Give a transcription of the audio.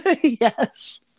Yes